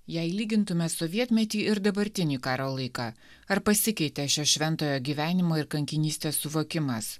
jei lygintume sovietmetį ir dabartinį karo laiką ar pasikeitė šio šventojo gyvenimo ir kankinystės suvokimas